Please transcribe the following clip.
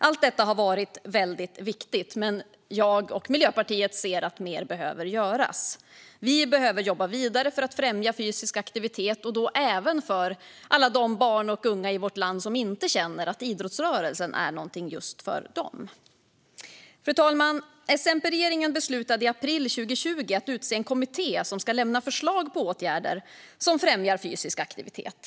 Allt detta har varit väldigt viktigt, men jag och Miljöpartiet ser att mer behöver göras. Vi behöver jobba vidare för att främja fysisk aktivitet, och då även för alla de barn och unga i vårt land som inte känner att idrottsrörelsen är någonting just för dem. Fru talman! S-MP-regeringen beslutade i april 2020 att utse en kommitté som ska lämna förslag på åtgärder som främjar fysisk aktivitet.